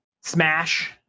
Smash